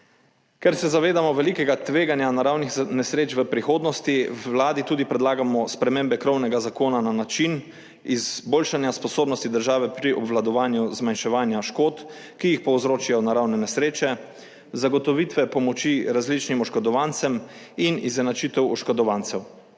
Ker se zavedamo velikega tveganja naravnih nesreč v prihodnosti vladi tudi predlagamo spremembe krovnega zakona na način izboljšanja sposobnosti države pri obvladovanju zmanjševanja škod, ki jih povzročajo naravne nesreče, zagotovitve pomoči različnim oškodovancem in izenačitev oškodovancev